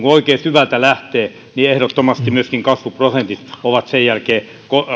oikein syvältä lähtee ja ehdottomasti myöskin kasvuprosentit ovat sen jälkeen